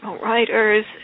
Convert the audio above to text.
writers